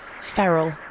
feral